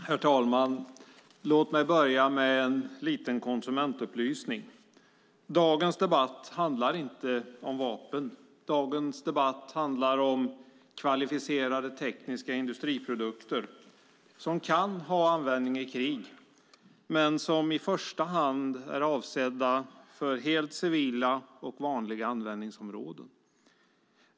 Herr talman! Låt mig börja med lite konsumentupplysning. Dagens debatt handlar inte om vapen utan om kvalificerade tekniska industriprodukter som kan ha användning i krig men som i första hand är avsedda för helt civila och vanliga användningsområden.